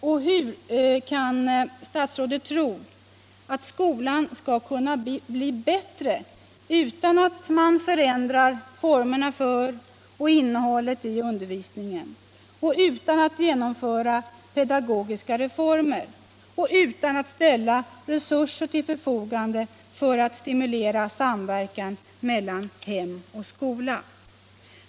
Och hur kan statsrådet tro att skolan skall kunna bli bättre utan att man förändrar formerna för och innehållet i undervisningen, 49 utan att man genomför pedagogiska reformer och utan att man ställer resurser till förfogande för att stimulera samverkan mellan hem och skola?